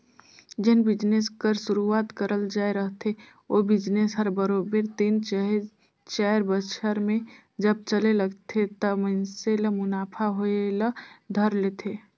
जेन बिजनेस कर सुरूवात करल जाए रहथे ओ बिजनेस हर बरोबेर तीन चहे चाएर बछर में जब चले लगथे त मइनसे ल मुनाफा होए ल धर लेथे